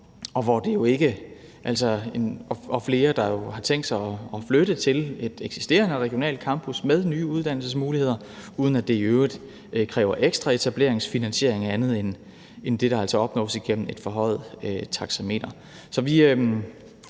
er flere, der har tænkt sig at flytte til en eksisterende regional campus med nye uddannelsesmuligheder, uden at det i øvrigt kræver ekstra etableringsfinansiering andet end det, der opnås gennem et forhøjet taxameter.